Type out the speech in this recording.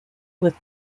with